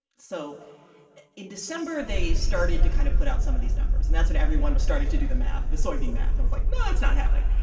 so in december, they started to kind of put out some of these numbers, and that's when everyone was starting to do the math. the soybean math and was like, no, it's not happening.